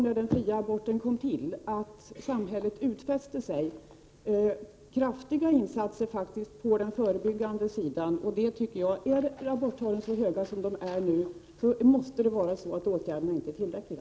När den fria aborten kom utfäste sig ju samhället att göra kraftiga insatser på den förebyggande sidan. Är aborttalen så höga som de är nu, måste det bero på att åtgärderna inte är tillräckliga.